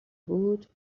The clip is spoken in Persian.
بود